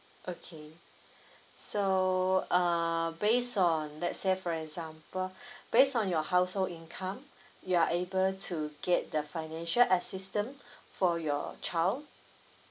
okay so uh based on let's say for example based on your household income you are able to get the financial assistance for your child